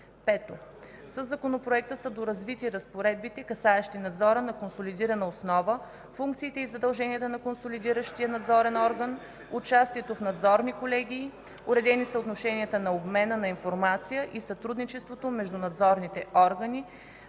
5. Със Законопроекта са доразвити разпоредбите, касаещи надзора на консолидирана основа, функциите и задълженията на консолидиращия надзорен орган, участието в надзорни колегии, уредени са отношенията на обмена на информация и сътрудничеството между надзорните органи,